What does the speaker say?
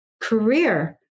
career